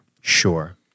Sure